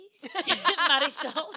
Marisol